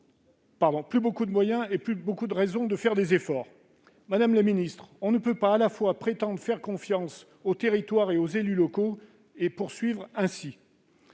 n'a donc plus beaucoup de moyens ni de raisons de faire des efforts. Madame la ministre, on ne peut pas à la fois prétendre faire confiance aux territoires et aux élus locaux et poursuivre ainsi.